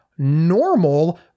normal